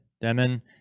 Demon